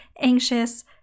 anxious